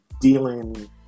dealing